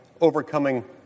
overcoming